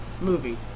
movie